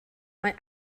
mae